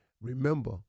remember